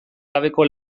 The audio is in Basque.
gabeko